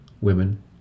women